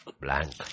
blank